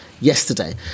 yesterday